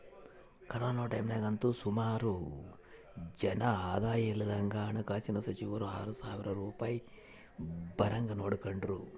corona ಟೈಮ್ನಾಗಂತೂ ಸುಮಾರು ಜನ ಆದಾಯ ಇಲ್ದಂಗಾದಾಗ ಹಣಕಾಸಿನ ಸಚಿವರು ಆರು ಸಾವ್ರ ರೂಪಾಯ್ ಬರಂಗ್ ನೋಡಿಕೆಂಡ್ರು